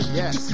yes